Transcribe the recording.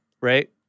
right